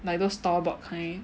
like those store bought kind